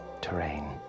terrain